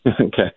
Okay